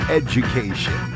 education